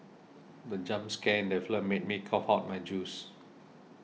the jump scare in the film made me cough out my juice